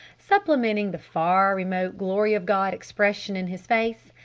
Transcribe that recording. supplementing the far, remote glory-of-god expression in his face,